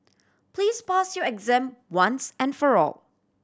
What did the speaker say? please pass your exam once and for all